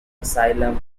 asylum